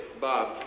Bob